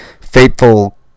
fateful